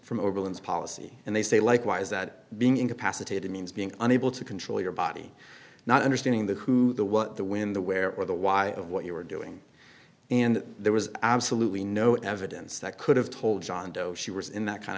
from policy and they say likewise that being incapacitated means being unable to control your body not understanding the who the what the when the where or the why of what you were doing and there was absolutely no evidence that could have told john doe she was in that kind